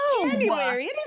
January